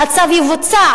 הצו יבוצע,